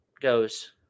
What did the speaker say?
goes